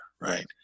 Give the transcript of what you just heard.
Right